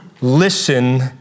listen